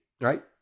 right